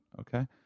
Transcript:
okay